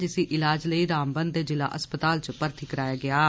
जिसी इलाज लेई रामबन दे ज़िला अस्पताल च मर्थी कराया गेआ ऐ